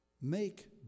make